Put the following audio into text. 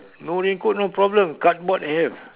no raincoat no problem cardboard have